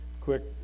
quick